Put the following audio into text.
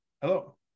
hello